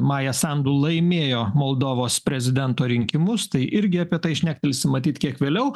maja sandu laimėjo moldovos prezidento rinkimus tai irgi apie tai šnektelsim matyt kiek vėliau